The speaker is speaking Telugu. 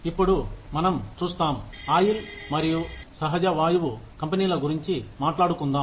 ఇప్పుడు చమురు మరియు సహజ వాయువు కంపెనీల గురించి మాట్లాడుకుందాం